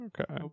okay